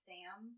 Sam